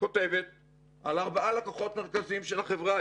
כותבת על ארבעה לקוחות מרכזיים של החברה,